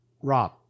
Rob